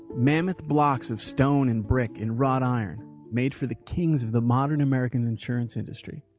mammoth blocks of stone and brick and wrought iron made for the kings of the modern american insurance industry.